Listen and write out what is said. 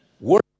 Work